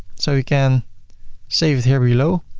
so you can save it here below.